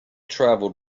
travelled